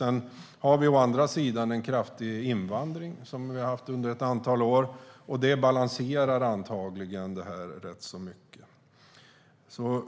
Å andra sidan har vi en kraftig invandring, som vi har haft under ett antal år. Det balanserar antagligen det här i ganska hög grad.